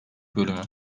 bölümü